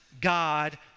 God